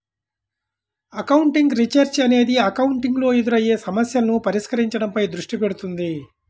accounting research అనేది accounting లో ఎదురయ్యే సమస్యలను పరిష్కరించడంపై దృష్టి పెడుతుంది